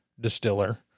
distiller –